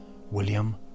William